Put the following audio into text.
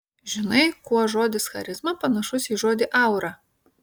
žinai kuo žodis charizma panašus į žodį aura